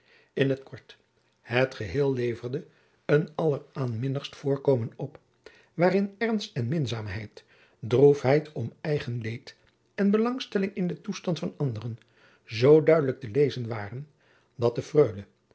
in t kort het geheel leverde een alleraanminnigst voorkomen op waarin ernst en minzaamheid droefheid om eigen jacob van lennep de pleegzoon leed en belangstelling in den toestand van anderen zoo duidelijk te lezen waren dat de freule